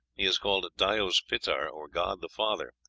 he is called dyaus-pitar, or god the father,